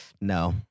No